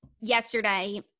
yesterday